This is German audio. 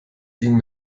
ihnen